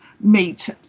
meet